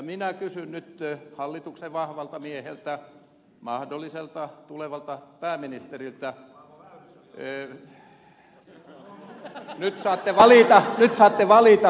minä kysyn nyt hallituksen vahvalta mieheltä mahdolliselta tulevalta pääministeriltä nyt saatte valita kuka vastaa